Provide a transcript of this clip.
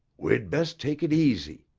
we'd best take it easy.